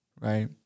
Right